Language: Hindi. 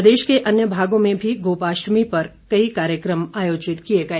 प्रदेश के अन्य भागों में भी गोपाष्टमी पर कार्यक्रम आयोजित किए गए